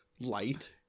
Light